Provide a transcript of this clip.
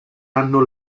hanno